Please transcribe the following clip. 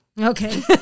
Okay